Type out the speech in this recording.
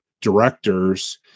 directors